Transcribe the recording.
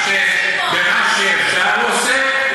כך שבמה שאפשר הוא עושה.